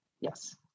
Yes